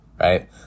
right